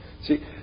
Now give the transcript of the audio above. See